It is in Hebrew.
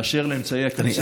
באשר לאמצעי הקצה,